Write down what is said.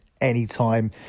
anytime